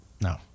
No